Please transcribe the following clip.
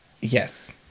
yes